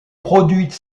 produite